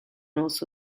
also